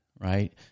right